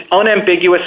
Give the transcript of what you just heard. unambiguous